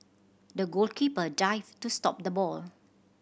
the goalkeeper dived to stop the ball